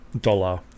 dollar